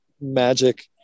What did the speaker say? magic